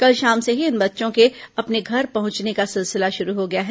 कल शाम से ही इन बच्चों के अपने घर पहुंचने का सिलसिला शुरू हो गया है